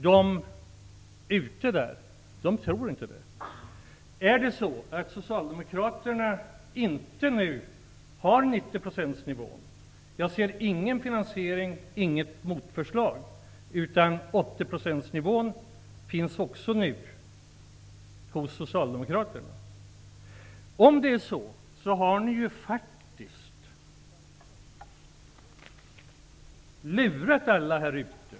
Människorna där ute tror inte det. Om socialdemokraterna nu föreslår en nivå på 90 %, ser jag inte någon finansiering. Jag har inte heller sett något motförslag till vårt förslag om 80 %. 80 procentsnivån finns också i socialdemokraternas förslag. Om det är så, har ni faktiskt lurat alla där ute.